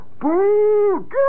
boo